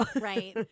Right